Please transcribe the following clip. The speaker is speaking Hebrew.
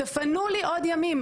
תפנו לי עוד ימים.